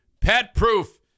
pet-proof